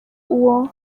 uwo